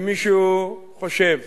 אם מישהו חושב